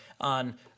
on